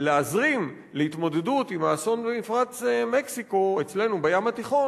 להזרים להתמודדות עם אסון כמו במפרץ מקסיקו אצלנו בים התיכון